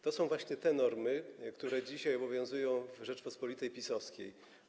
To są właśnie te normy, które dzisiaj obowiązują w Rzeczypospolitej PiS-owskiej.